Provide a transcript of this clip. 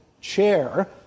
chair